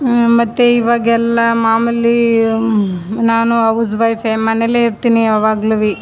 ಮತ್ತು ಇವಾಗೆಲ್ಲ ಮಾಮೂಲಿ ನಾನು ಹೌಝ್ ವೈಫೇ ಮನೆಯಲ್ಲೇ ಇರ್ತೀನಿ ಯಾವಾಗ್ಲೂ